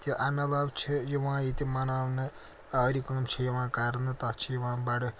تہِ اَمہِ علاوٕ چھِ یِوان ییٚتہِ مَناونہٕ آرِ کٲم چھےٚ یِوان کَرنہٕ تَتھ چھِ یِوان بَڑٕ